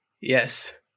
yes